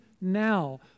now